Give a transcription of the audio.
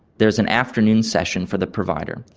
there's an afternoon session for the provider,